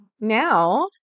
Now